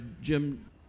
Jim